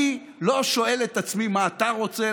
אני לא שואל את עצמי מה אתה רוצה,